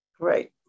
Great